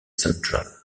central